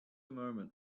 moment